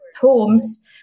homes